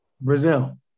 Brazil